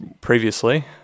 previously